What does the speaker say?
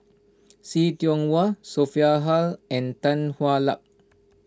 See Tiong Wah Sophia Hull and Tan Hwa Luck